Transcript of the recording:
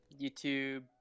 YouTube